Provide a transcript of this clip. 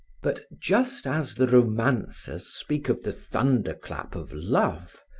but just as the romancers speak of the thunderclap of love,